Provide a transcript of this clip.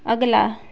अगला